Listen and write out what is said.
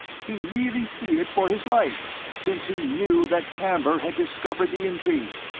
he really feared for his life, since he knew that camber had discovered the intrigue.